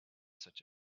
such